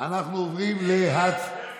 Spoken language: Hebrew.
אנחנו עוברים להצבעה.